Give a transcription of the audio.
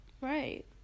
Right